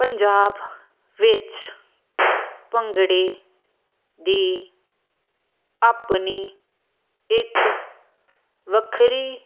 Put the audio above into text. ਪੰਜਾਬ ਵਿੱਚ ਭੰਗੜੇ ਦੀ ਆਪਣੀ ਇੱਕ ਵੱਖਰੀ